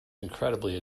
incredibly